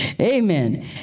Amen